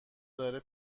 داره